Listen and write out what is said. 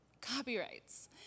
Copyrights